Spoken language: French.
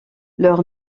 leur